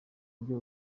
ibyo